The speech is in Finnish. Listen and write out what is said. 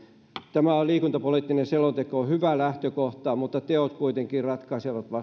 tämä liikuntapoliittinen selonteko on on hyvä lähtökohta mutta vasta teot kuitenkin ratkaisevat